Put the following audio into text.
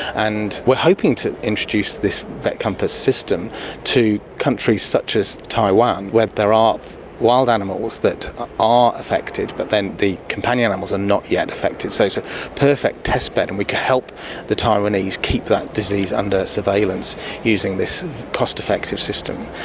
and we are hoping to introduce this vetcompass system to countries such as taiwan where there are wild animals that are affected, but then the companion animals are not yet affected. so it's a perfect testbed and we can help the taiwanese keep that disease under surveillance using this cost-effective system.